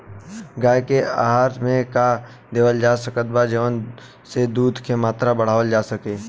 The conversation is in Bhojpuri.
गाय के आहार मे का देवल जा सकत बा जवन से दूध के मात्रा बढ़ावल जा सके?